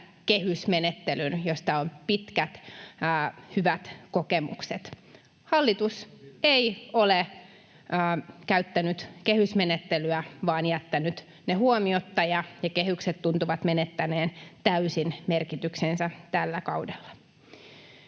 kehysmenettelyn, josta on pitkät, hyvät kokemukset. Hallitus ei ole käyttänyt kehysmenettelyä vaan jättänyt sen huomiotta, ja kehykset tuntuvat menettäneen täysin merkityksensä tällä kaudella.